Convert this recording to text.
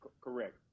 Correct